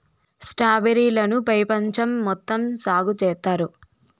strawberry లను పెపంచం మొత్తం సాగు చేత్తారు